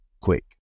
quick